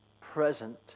present